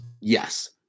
Yes